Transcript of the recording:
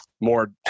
more